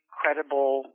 credible